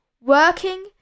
working